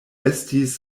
estis